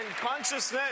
consciousness